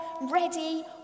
ready